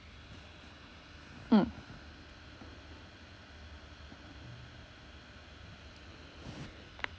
mm